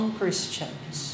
Christians